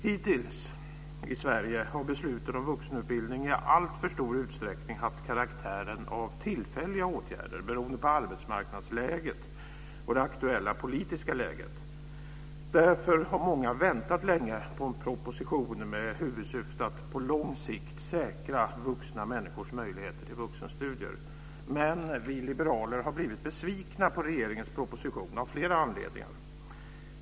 Hittills har besluten om vuxenutbildning i Sverige i alltför stor utsträckning haft karaktären av tillfälliga åtgärder beroende på arbetsmarknadsläget och det aktuella politiska läget. Därför har många väntat länge på en proposition med huvudsyfte att på lång sikt säkra vuxna människors möjligheter till vuxenstudier. Men vi liberaler har blivit besvikna på regeringens proposition av flera anledningar.